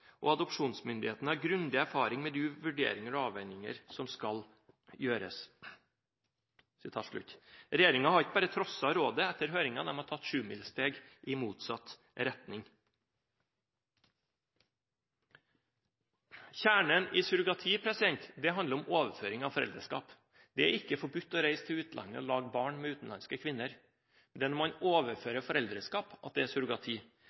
og adopsjonsmyndighetene har grundig erfaring med de vurderinger og avveininger som skal gjøres.» Regjeringen har ikke bare trosset rådet etter høringen, de har tatt sjumilssteg i motsatt retning. Kjernen i surrogati handler om overføring av foreldreskap. Det er ikke forbudt å reise til utlandet og lage barn med utenlandske kvinner, det er når man overfører foreldreskap, det er surrogati.